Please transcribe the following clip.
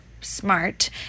smart